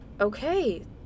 Okay